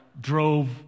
drove